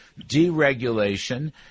deregulation